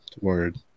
Word